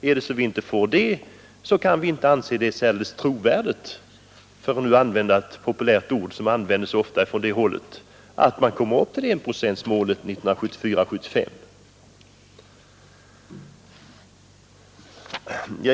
Är det så att vi inte får det, kan vi inte anse det trovärdigt — för att nu använda ett ord som används ofta från det hållet — att man kommer upp till enprocentsmålet 1974/75.